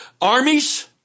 armies